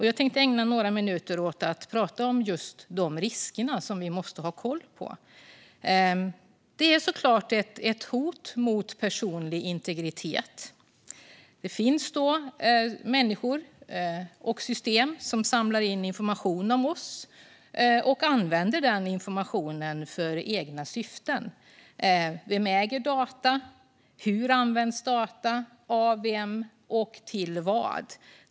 Jag tänkte ägna några minuter åt att prata om just de riskerna, som vi måste ha koll på. Detta är såklart ett hot mot personlig integritet. Det finns människor och system som samlar in information om oss och använder den informationen för egna syften. Vem äger data? Hur används data? Av vem används data, och till vad används data?